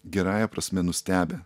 gerąja prasme nustebę